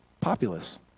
populace